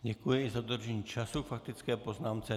Děkuji i za dodržení času k faktické poznámce.